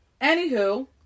Anywho